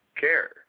care